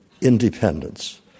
independence